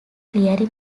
clearly